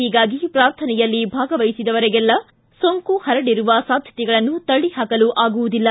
ಹೀಗಾಗಿ ಪ್ರಾರ್ಥನೆಯಲ್ಲಿ ಭಾಗವಹಿಸಿದವರಿಗೆಲ್ಲಾ ಸೋಂಕು ಪರಡಿರುವ ಸಾಧ್ಯತೆಗಳನ್ನು ತಳ್ಳಿಹಾಕಲು ಆಗುವುದಿಲ್ಲ